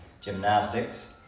gymnastics